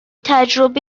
تجربه